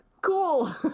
cool